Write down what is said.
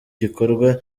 gikorwa